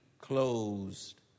closed